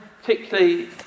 particularly